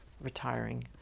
retiring